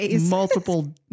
multiple